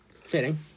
Fitting